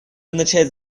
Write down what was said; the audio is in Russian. начать